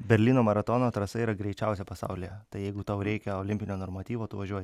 berlyno maratono trasa yra greičiausia pasaulyje tai jeigu tau reikia olimpinio normatyvo tu važiuoji